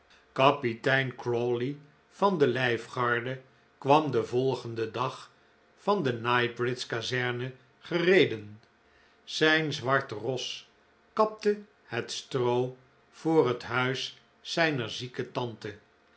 kapitein crawley van de lijfgarde kwam den volgenden dag van de knightsbridge kazerne gereden zijn zwart ros kapte het stroo voor het huis zijner zieke tante